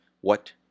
What